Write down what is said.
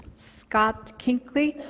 scott kinkley